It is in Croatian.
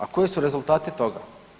A koji su rezultati toga?